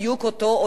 וגם,